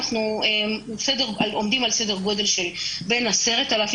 אנחנו עומדים על סדר גודל של בין 10,000